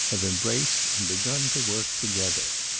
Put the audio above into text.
have embraced and begun to work together.